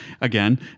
again